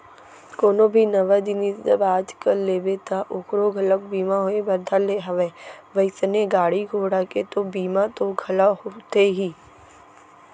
कोनो भी नवा जिनिस जब आज कल लेबे ता ओखरो घलोक बीमा होय बर धर ले हवय वइसने गाड़ी घोड़ा के तो बीमा तो घलौ होथे ही